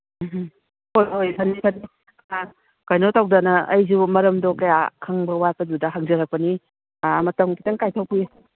ꯎꯝ ꯍꯝ ꯍꯣꯏ ꯍꯣꯏ ꯐꯅꯤ ꯐꯅꯤ ꯑ ꯀꯩꯅꯣ ꯇꯧꯗꯅ ꯑꯩꯁꯨ ꯃꯔꯝꯗꯣ ꯀꯌꯥ ꯈꯪꯕ ꯋꯥꯠꯄꯗꯨꯗ ꯍꯪꯖꯔꯛꯄꯅꯤ ꯃꯇꯝ ꯈꯤꯇꯪ ꯀꯥꯏꯊꯣꯛꯄꯤꯌꯨ